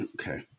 Okay